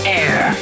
air